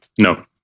no